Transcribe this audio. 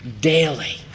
daily